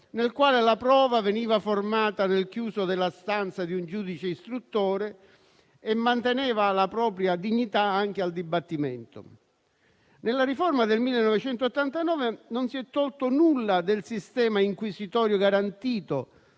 nel quale la prova veniva formata nel chiuso della stanza di un giudice istruttore e manteneva la propria dignità anche al dibattimento. Nella riforma del 1989 non si è tolto nulla del sistema inquisitorio garantito,